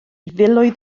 filoedd